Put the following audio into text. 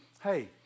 hey